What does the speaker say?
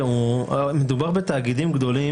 לעומת הצווים לפתיחת הליכים,